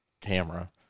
camera